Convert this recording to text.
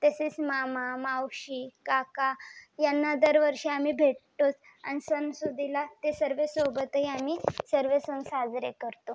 तसेच मामा मावशी काका यांना दरवर्षी आम्ही भेटतोच आणि सणासुदीला ते सर्वांसोबतही आम्ही सर्व सण साजरे करतो